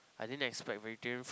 I didn't expect vegetarian